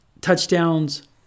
touchdowns